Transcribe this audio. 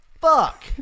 fuck